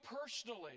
personally